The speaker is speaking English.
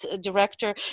director